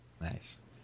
nice